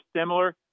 similar